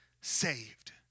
saved